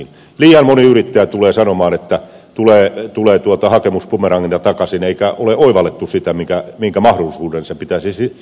liian moni yrittäjä tulee sanomaan että hakemus tulee bumerangina takaisin eikä ole oivallettu sitä minkä mahdollisuuden se pitäisi sisällään